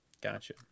Gotcha